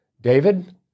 David